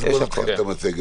אז בוא נתחיל את המצגת,